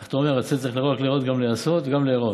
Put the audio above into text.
אתה אומר, הצדק צריך לא רק להיעשות, גם להיראות.